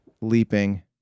leaping